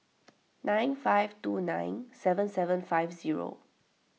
nine five two nine seven seven five zero